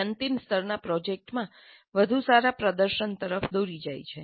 તે અંતિમ સ્તરના પ્રોજેક્ટમાં વધુ સારા પ્રદર્શન તરફ દોરી જાય છે